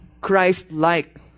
Christ-like